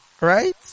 Right